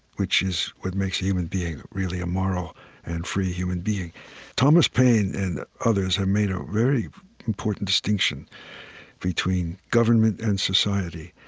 which is what makes a human being really a moral and free human being thomas paine and others have made a very important distinction between government and society.